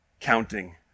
counting